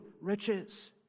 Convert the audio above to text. riches